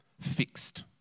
fixed